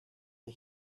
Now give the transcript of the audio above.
the